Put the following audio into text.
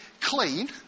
clean